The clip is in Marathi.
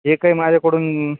जे काही माझ्याकडून